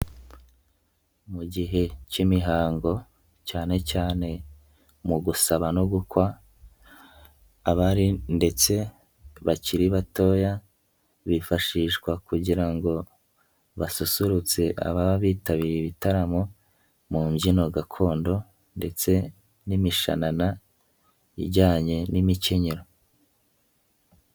Mu gihe k'imihango cyane cyane mu gusaba no gukwa, abari ndetse bakiri batoya, bifashishwa kugira ngo basusururutse ababa bitabiriye ibitaramo mu mbyino gakondo, ndetse n'imishanana ijyanye n'imikenyero.